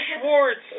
Schwartz